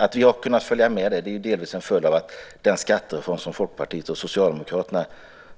Att vi har kunnat dra fördel av det är delvis en följd av den skattereform som Folkpartiet och Socialdemokraterna